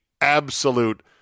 absolute